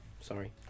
sorry